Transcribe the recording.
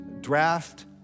draft